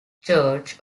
church